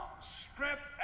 strength